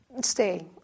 stay